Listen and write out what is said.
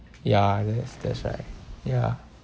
ya that's that's right ya